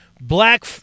black